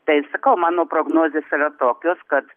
tai sakau mano prognozės yra tokios kad